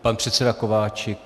Pan předseda Kováčik.